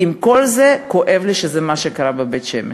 עם כל זה, כואב לי שזה מה שקרה בבית-שמש.